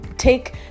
Take